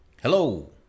hello